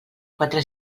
quatre